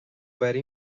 وری